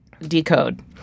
Decode